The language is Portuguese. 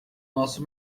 nosso